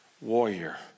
Warrior